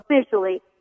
officially